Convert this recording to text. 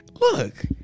Look